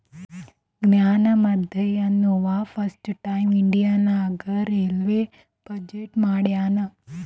John Mathai ಅಂನವಾ first time India ನಾಗ್ railway budget ಮಾಡ್ಯಾನ್